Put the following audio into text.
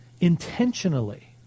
intentionally